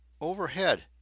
overhead